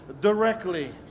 directly